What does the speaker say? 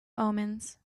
omens